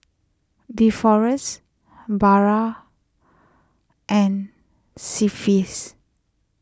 Deforest barra and see face